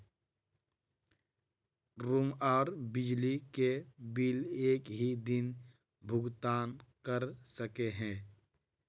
Room आर बिजली के बिल एक हि दिन भुगतान कर सके है?